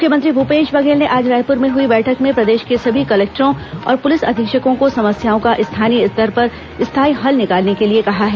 मुख्यमंत्री भूपेश बघेल ने आज रायपूर में हई बैठक में प्रदेश के सभी कलेक्टरों और पूलिस अधीक्षकों को समस्याओं का स्थानीय स्तर पर स्थाई हल निकालने के लिए कहा है